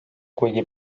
kuigi